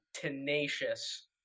tenacious